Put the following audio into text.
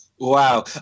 Wow